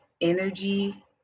energy